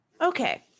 Okay